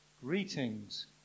greetings